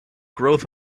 growth